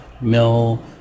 mill